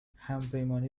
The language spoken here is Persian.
همپیمانی